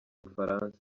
bufaransa